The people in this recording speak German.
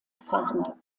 farmer